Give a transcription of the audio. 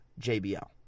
JBL